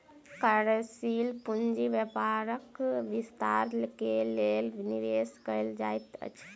कार्यशील पूंजी व्यापारक विस्तार के लेल निवेश कयल जाइत अछि